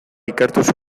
ikertuz